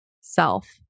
self